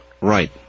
Right